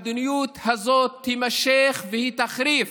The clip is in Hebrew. המדיניות הזאת תימשך, והיא תחריף.